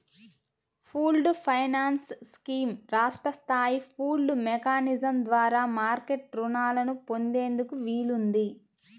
pooled finance scheme రాష్ట్ర స్థాయి pooled mechanism ద్వారా మార్కెట్ రుణాలను పొందేందుకు వీలుంది